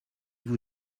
vous